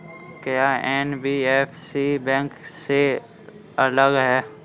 क्या NBFC bank से अलग है?